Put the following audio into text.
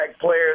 players